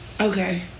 Okay